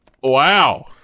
wow